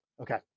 Okay